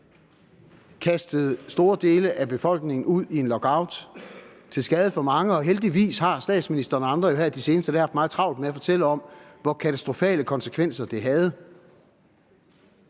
kastede store dele af befolkningen ud i en lockout til skade for mange – heldigvis har statsministeren og andre jo her de seneste dage haft meget travlt med at fortælle om, hvor katastrofale konsekvenser det havde